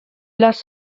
las